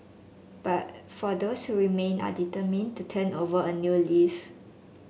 but for those who remain are determined to turn over a new leaf